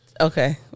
Okay